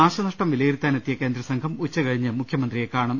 നാശനഷ്ടം വിലയിരുത്താ നെത്തിയ കേന്ദ്രസംഘം ഉച്ച കഴിഞ്ഞ് മുഖ്യമന്ത്രിയെ കാണും